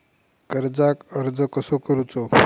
कर्जाक अर्ज कसो करूचो?